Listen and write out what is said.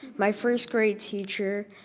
my first grade teacher.